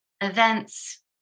events